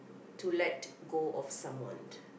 to let go of someone